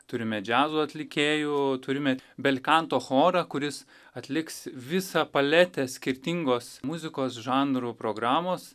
turime džiazo atlikėjų turime belkanto chorą kuris atliks visą paletę skirtingos muzikos žanrų programos